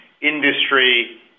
industry